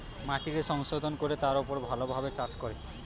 মাটিকে সংশোধন কোরে তার উপর ভালো ভাবে চাষ করে